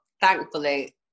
thankfully